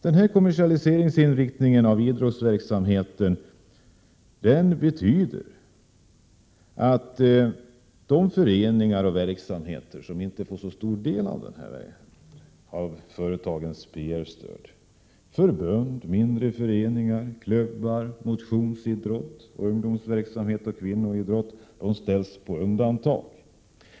Denna kommersialiseringsinriktning av idrottsverksamheten innebär att de föreningar och verksamheter som inte får så stor del av företagens PR-stöd —- förbund, mindre klubbar och föreningar, motionsidrott, ungdomsverksamhet och kvinnoidrott — sätts på undantag.